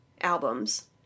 albums